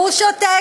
והוא שותק,